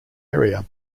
area